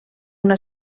una